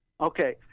okay